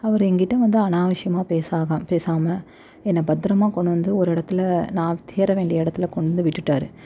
அவர் எங்கிட்டே வந்து அனாவசியமாக பேசாகா பேசாமல் என்ன பத்திரமா கொண்டு வந்து ஒரு இடத்தில் நான் சேரவேண்டிய இடத்துல கொண்டு வந்து விட்டுட்டார்